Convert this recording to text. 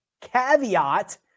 Caveat